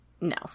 No